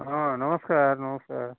ହଁ ନମସ୍କାର୍ ନମସ୍କାର୍